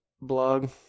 blog